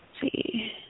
see